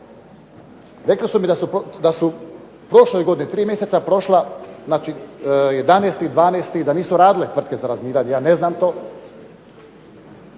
Rekli su mi da su prošle godine, tri mjeseca prošla, znači 11. i 12. da nisu radile tvrtke za razminiranje. Ja ne znam to.